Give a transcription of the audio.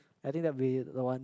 I think that'll be the one